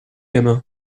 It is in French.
gamin